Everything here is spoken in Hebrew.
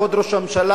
כבוד ראש הממשלה,